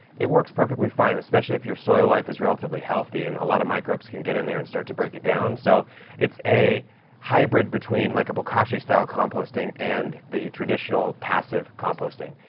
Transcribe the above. it works perfectly fine, especially if your soil life is relatively healthy and a lot of microbes can get in there and start to break it down. so it's a hybrid between like a bokashi-style composting and the traditional passive composting.